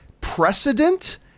precedent